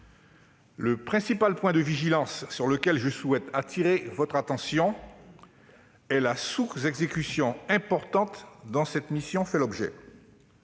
Le principal point de vigilance sur lequel je souhaite attirer votre attention est la sous-exécution importante dont cette mission fait l'objet.